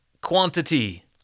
quantity